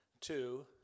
Two